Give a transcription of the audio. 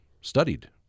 studied